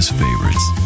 favorites